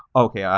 okay.